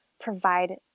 provide